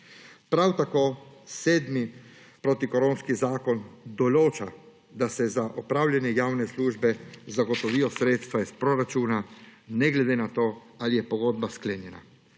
Prav tako sedmi protikoronski zakon določa, da se za opravljanje javne službe zagotovijo sredstva iz proračuna, ne glede na to, ali je pogodba sklenjena.